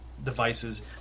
devices